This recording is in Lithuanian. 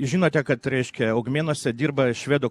žinote kad reiškia augmėnuose dirba švedų